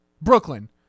Brooklyn